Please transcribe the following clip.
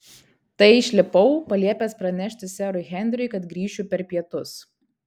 tai išlipau paliepęs pranešti serui henriui kad grįšiu per pietus